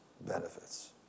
benefits